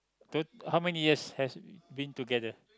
to how many year has been together